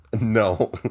No